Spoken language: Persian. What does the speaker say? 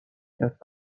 کرد